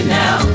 now